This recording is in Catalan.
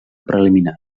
preliminar